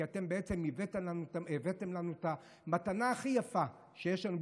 כי אתם בעצם הבאתם לנו את המתנה הכי יפה שיש לנו,